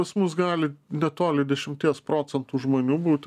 pas mus gali netoli dešimties procentų žmonių būt